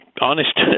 honest